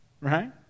right